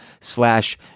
slash